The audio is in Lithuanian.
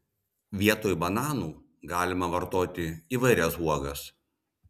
vietoj bananų galima vartoti įvairias uogas